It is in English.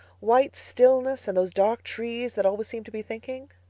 white stillness, and those dark trees that always seem to be thinking.